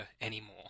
anymore